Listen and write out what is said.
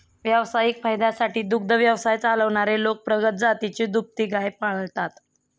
व्यावसायिक फायद्यासाठी दुग्ध व्यवसाय चालवणारे लोक प्रगत जातीची दुभती गाय पाळतात